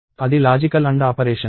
అది logical AND operation